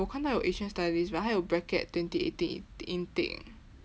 我看到有 asian studies but 还有 bracket twenty eighteen in~ intake